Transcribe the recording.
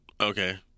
Okay